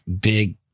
big